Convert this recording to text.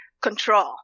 Control